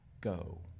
go